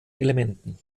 elementen